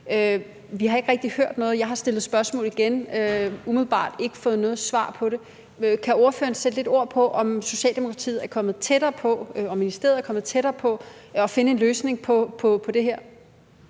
Vi har ikke rigtig hørt noget til det. Jeg har stillet spørgsmål om det igen og indtil videre ikke fået noget svar på det. Kan ordføreren sætte lidt ord på, om Socialdemokratiet og ministeriet er kommet tættere på at finde en løsning på det her?